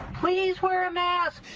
please wear a mask.